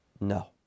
no